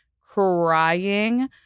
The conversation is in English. crying